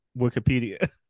wikipedia